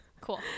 cool